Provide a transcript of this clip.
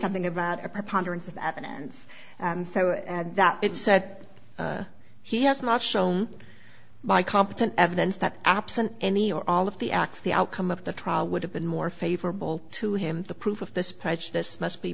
something about a preponderance of evidence so that it said he has not shown by competent evidence that absent any or all of the acts the outcome of the trial would have been more favorable to him the proof of this prejudice must be